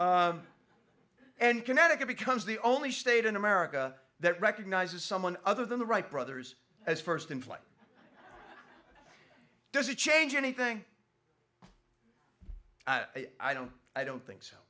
and connecticut becomes the only state in america that recognizes someone other than the wright brothers as first in flight does it change anything i don't i don't think so